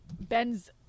Ben's